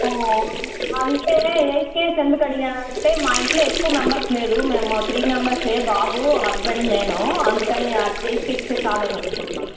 ఓ అంటే eight KGs ఎందుకు అడిగానంటే మా ఇంట్లో ఎక్కువ మెంబర్స్ లేరు మేము త్రీ మెంబెర్స్ ఏ బాబు హస్బెండ్ నేను అందుకని ఎయిట్ కేజీసే చాలని అనుకుంటున్నాను